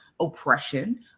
oppression